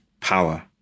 power